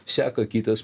seka kitas